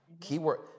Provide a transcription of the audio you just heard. keyword